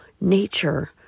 Nature